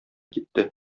китте